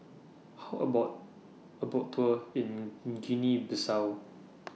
How about A Boat Tour in Guinea Bissau